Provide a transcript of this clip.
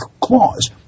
clause